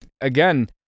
again